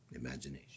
Imagination